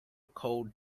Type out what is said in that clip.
cold